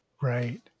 Right